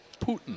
Putin